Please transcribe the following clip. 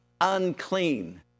unclean